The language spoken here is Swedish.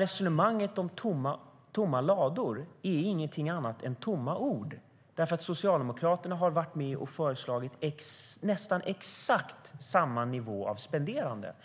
Resonemanget om tomma lador är alltså ingenting annat än tomma ord; Socialdemokraterna har föreslagit nästan exakt samma nivå för spenderandet.